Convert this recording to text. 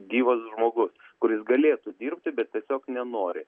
gyvas žmogus kuris galėtų dirbti bet tiesiog nenori